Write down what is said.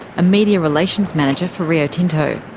a media relations manager for rio tinto.